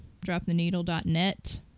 DropTheNeedle.net